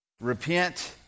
Repent